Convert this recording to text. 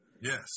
Yes